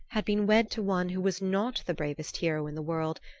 had been wed to one who was not the bravest hero in the world,